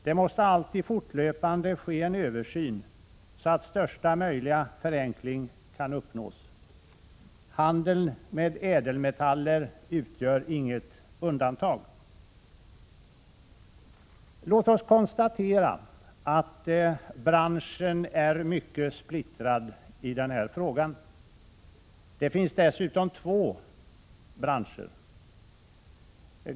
Det måste fortlöpande ske en översyn, så att största möjliga förenkling kan uppnås. Handeln med ädelmetaller utgör inget undantag. Vi kan konstatera att branschen är mycket splittrad i den här frågan — egentligen är det två branscher.